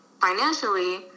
financially